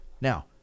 Now